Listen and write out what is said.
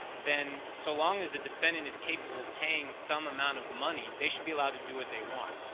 then, so long as the defendant is capable of paying some amount of money, they should be allowed to do what they want.